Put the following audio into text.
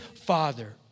father